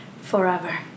forever